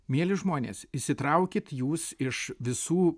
mieli žmonės išsitraukit jūs iš visų